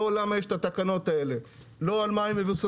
לא למה יש את התקנות האלה, לא על מה הן מבוססות.